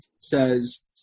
says –